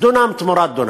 דונם תמורת דונם.